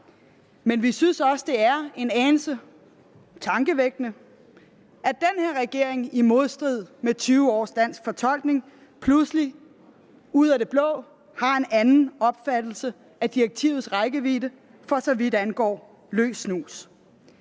Men vi synes også, det er en anelse tankevækkende, at den her regering i modstrid med 20 års dansk fortolkning pludselig ud af det blå har en anden opfattelse af direktivets rækkevidde, for så vidt angår løs snus.